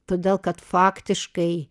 todėl kad faktiškai